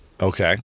Okay